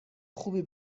خوبی